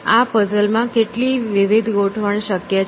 આ પઝલ માં કેટલી વિવિધ ગોઠવણી શક્ય છે